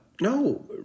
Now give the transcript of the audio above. no